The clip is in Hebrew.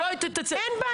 אז בואי --- אין בעיה.